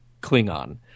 Klingon